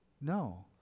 No